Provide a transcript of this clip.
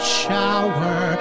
shower